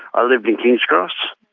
i lived in king's cross,